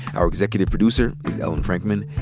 our executive producer is ellen frankman.